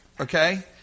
okay